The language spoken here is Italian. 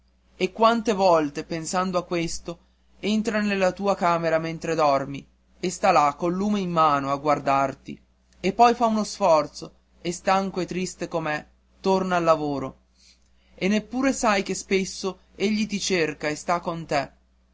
e quante volte pensando a questo entra nella tua camera mentre dormi e sta là col lume in mano a guardarti e poi fa uno sforzo e stanco e triste com'è torna al lavoro e neppure sai che spesso egli ti cerca e sta con te